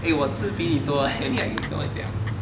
eh 我吃比你多 leh 你还跟我讲